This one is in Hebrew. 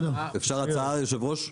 אפשר הצעה, היושב-ראש?